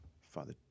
Father